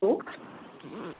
hello